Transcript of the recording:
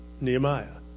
Nehemiah